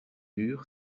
dur